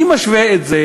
אני משווה את זה